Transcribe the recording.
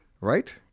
right